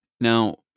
Now